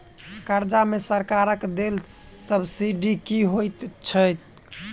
कर्जा मे सरकारक देल सब्सिडी की होइत छैक?